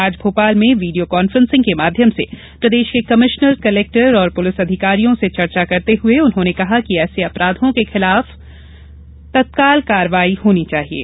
आज भोपाल में video conferencing के माध्यम से प्रदेश के कमिश्नर कलेक्टर और पुलिस अधिकारियों से चर्चा करते हुए उन्होंने कहा कि ऐसे अपराघों के खिलाफ तत्काल कार्यवाही होनी चाहिये